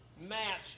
match